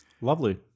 Lovely